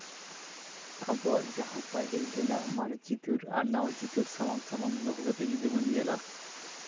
ᱟᱵᱚᱣᱟᱜ ᱡᱟᱦᱟᱸ ᱯᱟᱹᱦᱤᱞ ᱨᱮᱱᱟᱜ ᱢᱟᱨᱮ ᱪᱤᱛᱟᱹᱨ ᱟᱨ ᱱᱟᱣᱟ ᱪᱤᱛᱟᱹᱨ ᱥᱟᱢᱟᱝ ᱥᱟᱢᱟᱝ ᱫᱚᱦᱚ ᱠᱟᱛᱮᱜ ᱡᱩᱫᱤ ᱵᱚᱱ ᱧᱮᱞᱟ